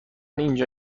اینجا